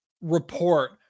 report